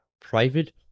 private